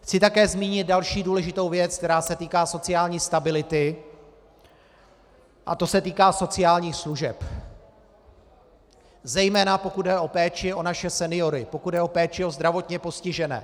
Chci také zmínit další důležitou věc, která se týká sociální stability, a to se týká sociálních služeb, zejména pokud jde o péči o naše seniory, pokud jde o péči o zdravotně postižené.